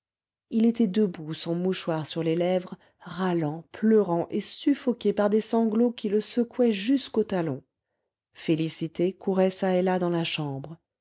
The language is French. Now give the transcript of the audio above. il était debout son mouchoir sur les lèvres râlant pleurant et suffoqué par des sanglots qui le secouaient jusqu'aux talons félicité courait çà et là dans la chambre